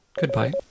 Goodbye